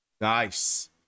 nice